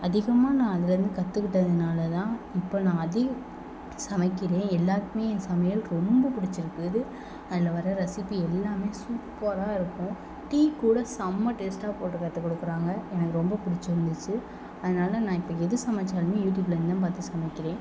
அதிகமாக நான் அதிலேருந்து கற்றுக்கிட்டதுனாலதான் இப்போ நான் அதிகம் சமைக்கிறேன் எல்லாருக்குமே என் சமையல் ரொம்ப பிடிச்சிருக்குது அதில் வர ரெசிப்பி எல்லாமே சூப்பராக இருக்கும் டீக்கூட செம்ம டேஸ்ட்டாக போட்டு கற்றுக்குடுக்குறாங்க எனக்கு ரொம்ப பிடிச்சிருந்துச்சி அதனால நான் இப்போ எது சமைத்தாலுமே யூடியூப்புலேருந்துதான் பார்த்து சமைக்கிறேன்